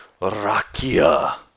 Rakia